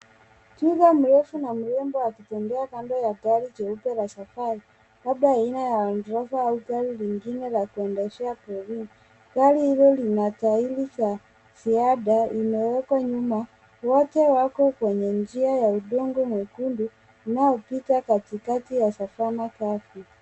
Twiga mrefu na mrembo akitembea kando ya gari jeupe la safari, labda aina ya Land Rover, au gari lingine la kuendeshea porini. Gari hilo lina tairi za ziada imewekwa nyuma, wote wako kwenye njia ya udongo mwekundu, inayopita katikati ya Savana kavu.